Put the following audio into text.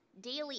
daily